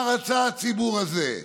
מה רצה הציבור הזה?